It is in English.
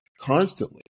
constantly